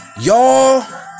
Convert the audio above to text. Y'all